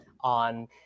on